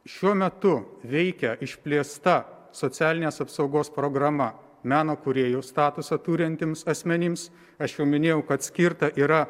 šiuo metu veikia išplėsta socialinės apsaugos programa meno kūrėjo statusą turintiems asmenims aš jau minėjau kad skirta yra